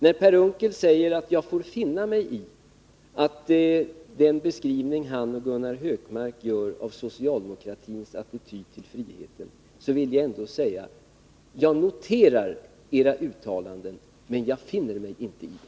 När Per Unckel säger att jag får finna mig i den beskrivning han och Gunnar Hökmark gör av socialdemokratins attityd till friheten vill jag ändå säga: Jag noterar era uttalanden, men jag finner mig inte i dem.